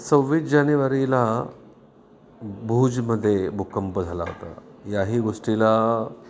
सव्वीस जानेवारीला भूजमध्ये भूकंप झाला होता याही गोष्टीला